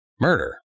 murder